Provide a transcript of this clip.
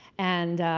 and,